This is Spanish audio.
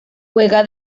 juega